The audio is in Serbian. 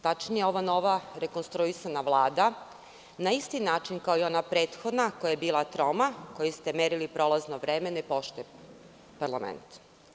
Tačnije ova nova rekonstruisana Vlada na isti način kao i ona prethodna koja je bila troma, kojoj ste merili prolazno vreme, ne poštuje parlament.